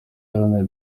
iharanira